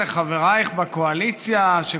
אדוני יושב-ראש האופוזיציה.